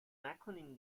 نکنین